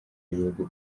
y’ibihugu